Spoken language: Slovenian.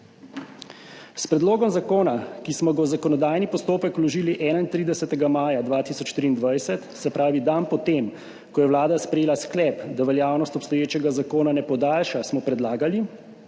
S predlogom zakona, ki smo ga v zakonodajni postopek vložili 31. maja 2023, se pravi dan po tem, ko je Vlada sprejela sklep, da veljavnost obstoječega zakona ne podaljša, smo predlagali,